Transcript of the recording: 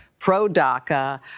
pro-DACA